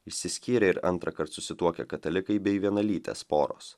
išsiskyrę ir antrąkart susituokę katalikai bei vienalytės poros